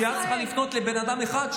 כשאת צריכה לפנות לאדם אחד,